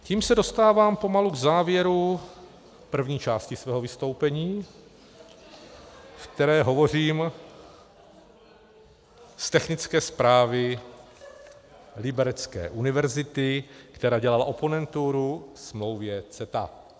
Tím se dostávám pomalu k závěru první části svého vystoupení , ve které hovořím z technické zprávy liberecké univerzity, která dělala oponenturu smlouvě CETA.